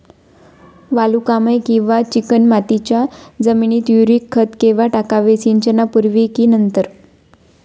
वालुकामय किंवा चिकणमातीच्या जमिनीत युरिया खत केव्हा टाकावे, सिंचनापूर्वी की नंतर?